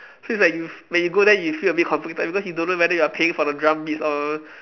so it's like you f~ when you go there you feel a bit conflicted because you don't know whether you are paying for the drum beats or